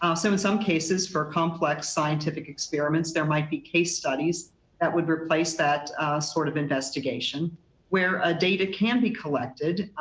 um so in some cases for complex scientific experiments, there might be case studies that would replace that sort of investigation where a data can be collected,